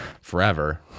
forever